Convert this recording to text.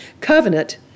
covenant